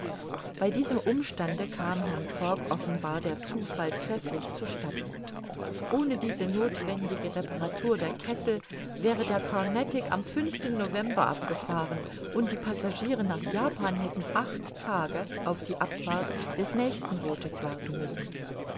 bei diesem umstande kam herrn fogg offenbar der zufall trefflich zu statten ohne diese nothwendige reparatur der kessel wäre der carnatic am november abgefahren und die passagiere nach japan hätten acht tage auf die abfahrt des nächsten bootes warten müssen